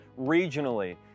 regionally